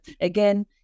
again